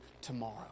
tomorrow